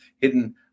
hidden